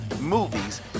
movies